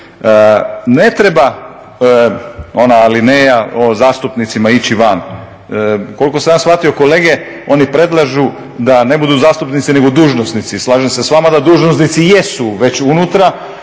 Ne treba ona alineja o zastupnicima ići van. Koliko sam ja shvatio kolege oni predlažu da ne budu zastupnici, nego dužnosnici. Slažem se sa vama da dužnosnici jesu već unutra,